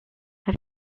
have